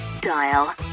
dial